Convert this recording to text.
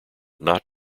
not